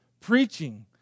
preaching